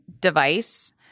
device